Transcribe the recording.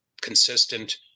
consistent